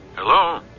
Hello